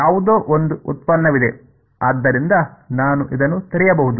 ಯಾವುದೋ ಒಂದು ಉತ್ಪನ್ನವಿದೆ ಆದ್ದರಿಂದ ನಾನು ಇದನ್ನು ತೆರೆಯಬಹುದು